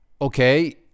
okay